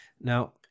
Now